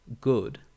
good